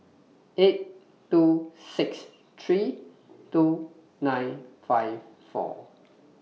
eight two six three two nine five four